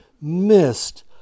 missed